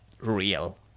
real